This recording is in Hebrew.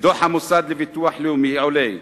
מדוח המוסד לביטוח לאומי עולה,